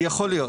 יכול להיות,